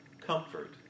comfort